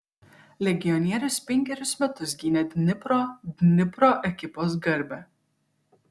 legionierius penkerius metus gynė dnipro dnipro ekipos garbę